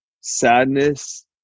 sadness